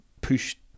pushed